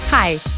Hi